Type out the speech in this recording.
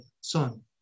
Son